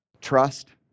Trust